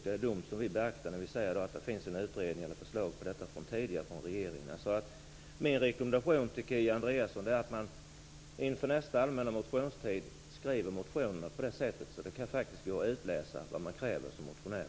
Det är dem vi beaktar när vi säger att det finns en utredning och tidigare förslag från regeringen om detta. Min rekommendation till Kia Andreasson är att man inför nästa allmänna motionstid skriver motionerna på ett sådant sätt att det går att utläsa vad man kräver som motionär.